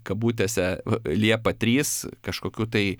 kabutėse liepa trys kažkokių tai